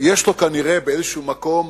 שכנראה באיזה מקום